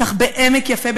כך בעמק יפה,